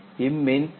இம்மென்பொருள்